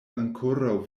ankoraŭ